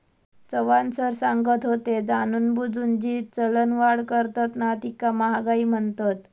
Chavan sir सांगत होते, जाणूनबुजून जी चलनवाढ करतत ना तीका महागाई म्हणतत